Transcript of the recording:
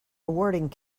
awarding